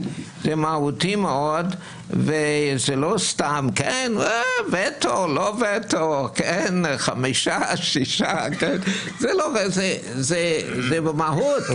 זה לא סתם וטו, לא וטו, חמישה, שישה זה במהות.